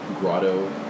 grotto